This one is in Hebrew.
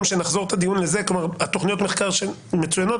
שנחזיר את הדיון לזה תוכניות המחקר מצוינות.